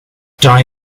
die